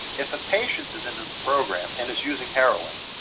if a patient is in a program and is using heroine,